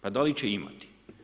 Pa da li će imati?